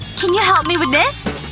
can you help me with this?